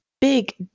big